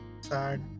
Sad